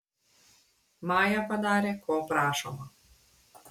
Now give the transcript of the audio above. maja padarė ko prašoma